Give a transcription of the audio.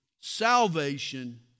salvation